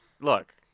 look